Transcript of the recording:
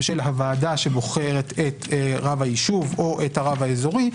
של הוועדה שבוחרת את רב היישוב או את הרב האזורי,